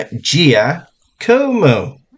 Giacomo